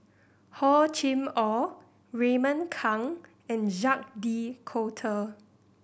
Hor Chim Or Raymond Kang and Jacques De Coutre